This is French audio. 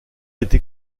été